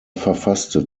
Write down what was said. verfasste